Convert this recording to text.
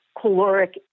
caloric